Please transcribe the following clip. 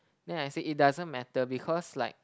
then I say it doesn't matter because like